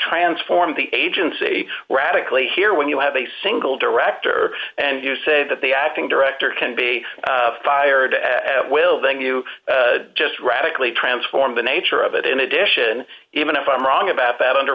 transform the agency radically here when you have a single director and you say that the acting director can be fired as well then you just radically transform the nature of it in addition even if i'm wrong about that under